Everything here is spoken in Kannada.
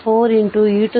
6 2